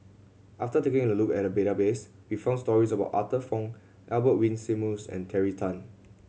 after taking a look at the database we found stories about Arthur Fong Albert Winsemius and Terry Tan